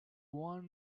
want